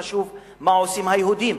חשוב מה עושים היהודים.